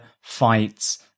fights